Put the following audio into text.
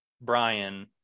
brian